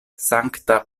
sankta